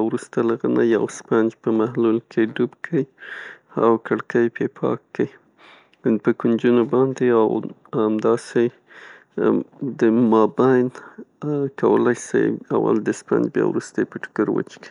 او یو برخه سرکه مخلوطیږي. مالګه مرچ او هر هغه بوټی یا مثالې اضافه کیږي پکې څې تاسې یې غواړئ. مخلوط تر هغه وخته وښوروئ چه ښه ګډ سي.